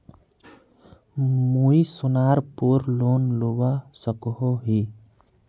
मुई सोनार पोर लोन लुबा सकोहो ही?